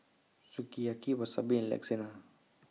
Sukiyaki Wasabi and Lasagna